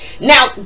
Now